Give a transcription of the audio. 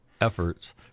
efforts